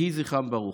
יהי זכרם ברוך.